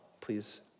please